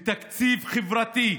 ותקציב חברתי,